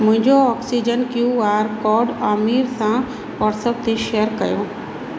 मुंहिंजो oxygen Q R code Aamir सां WhatsApp ते शेयर कयो